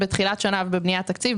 בתחילת שנה ובבניית תקציב,